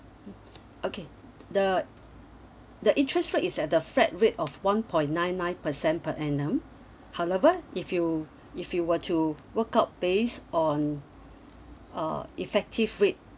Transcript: mmhmm okay the the interest rate is at the flat rate of one point nine nine per cent per annum however if you if you were to work out based on uh effective rate